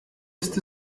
ist